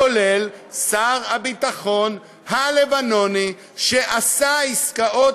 כולל שר הביטחון הלבנוני שעשה עסקאות